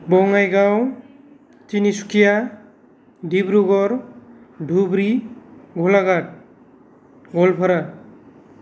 Bongaigaon Tinsukia Dibrugarh Dhubri Golaghat Goalpara